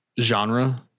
genre